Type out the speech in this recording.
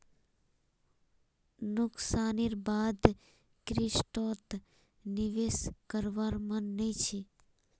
नुकसानेर बा द क्रिप्टोत निवेश करवार मन नइ छ